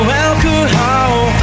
alcohol